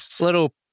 little